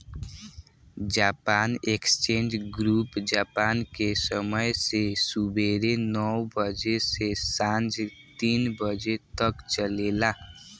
Japan exchange group Japan के समय से सुबेरे नौ बजे से सांझ तीन बजे तक चलेला